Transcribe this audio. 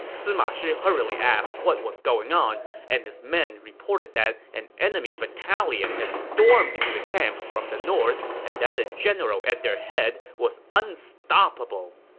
sima shi hurriedly asked what was going on, and his men reported that an enemy battalion had stormed into the camp from the north and that the general at their head was unstoppable.